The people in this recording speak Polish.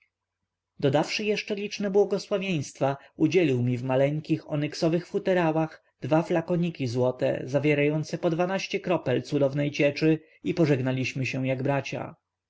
dodawszy jeszcze liczne błogosławieństwa udzielił mi w maleńkich onyksowych futerałach dwa flakoniki złote zawierające po dwanaście kropel cudotwórczej cieczy i pożegnaliśmy się jak bracia